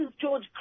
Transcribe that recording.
George